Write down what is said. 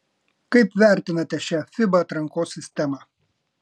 kaip vertinate šią fiba atrankos sistemą